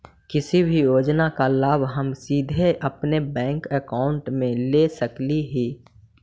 किसी भी योजना का लाभ हम सीधे अपने बैंक अकाउंट में ले सकली ही?